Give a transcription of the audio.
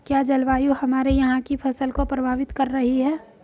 क्या जलवायु हमारे यहाँ की फसल को प्रभावित कर रही है?